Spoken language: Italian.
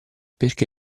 perché